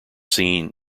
scene